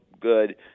good